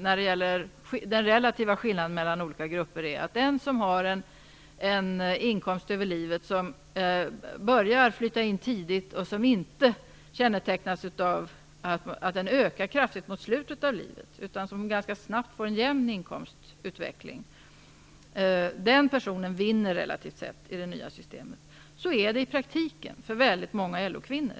när det gäller den relativa skillnaden mellan olika grupper är att den vars inkomst börjar flyta in tidigt i livet och inte kännetecknas av att den ökar kraftigt mot slutet av livet, som ganska snabbt får en jämn inkomstutveckling, relativt sett vinner i det nya systemet. Så är det i praktiken för väldigt många LO-kvinnor.